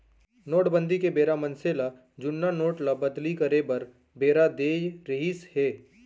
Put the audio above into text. नोटबंदी के बेरा मनसे ल जुन्ना नोट ल बदली करे बर बेरा देय रिहिस हे